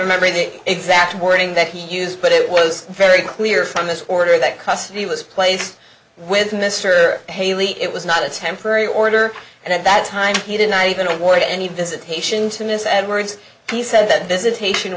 remember the exact wording that he used but it was very clear from this order that custody was placed with mr haley it was not a temporary order and at that time he did not even award any visitation to miss and words he said that visitation